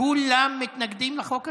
כולם מתנגדים לחוק הזה?